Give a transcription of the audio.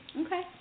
Okay